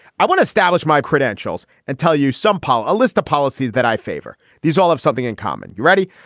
i want to establish my credentials and tell you some paul. a list of policies that i favor. these all have something in common. you ready.